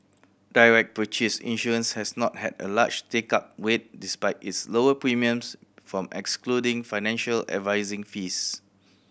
direct purchase insurance has not had a large take up rate despite its lower premiums from excluding financial advising fees